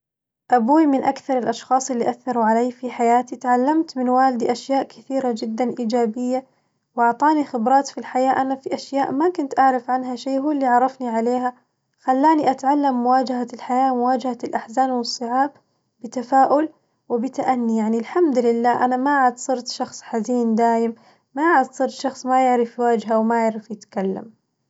أبوي من أكثر الأشخاص اللي أثروا علي في حياتي، تعلمت من والدي أشياء كثيرة جداً إيجابية وأعطاني خبرات في الحياة أنا في أشياء ما كنت أعرف عنها شي هو اللي عرفني عليها، خلاني أتعلم مواجهة الحياة ومواجهة الأحزان والصعاب بتفاؤل وبتأني، يعني الحمد لله أنا ما عد صرت شخص حزين دايم ما عد صرت شخص ما يعرف يواجه أو ما يعرف يتكلم.